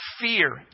fear